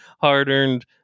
hard-earned